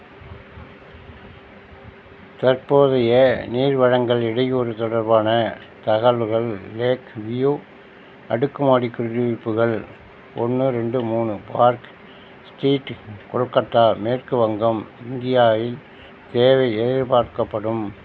தற்போதைய நீர் வழங்கல் இடையூறு தொடர்பான தகவல்கள் லேக் வியூ அடுக்குமாடி குடியிருப்புகள் ஒன்று ரெண்டு மூணு பார்க் ஸ்ட்ரீட் கொல்கத்தா மேற்கு வங்கம் இந்தியா இல் தேவை எதிர்பார்க்கப்படும்